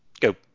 Go